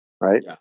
right